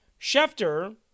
Schefter